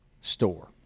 store